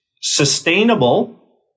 sustainable